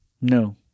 No